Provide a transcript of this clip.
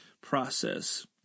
process